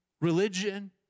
religion